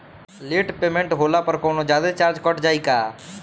Late payment होला पर कौनोजादे चार्ज कट जायी का?